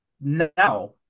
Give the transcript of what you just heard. now